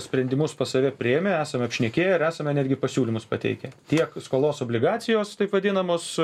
sprendimus pas save priėmę esam apšnekėję ir esame netgi pasiūlymus pateikę tiek skolos obligacijos taip vadinamos